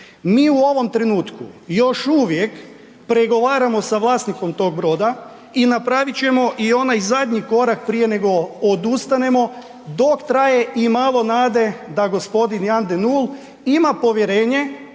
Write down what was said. Mi u ovom trenutku još uvijek pregovaramo sa vlasnikom tog broda i napravit ćemo i onaj zadnji korak prije nego odustanemo, dok traje i malo nade da g. Jan de Nul ima povjerenje